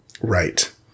Right